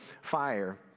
fire